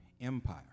Empire